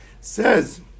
Says